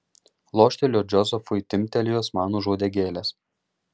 lošteliu džozefui timptelėjus man už uodegėlės